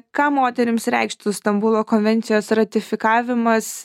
ką moterims reikštų stambulo konvencijos ratifikavimas